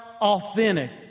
authentic